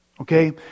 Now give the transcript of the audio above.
Okay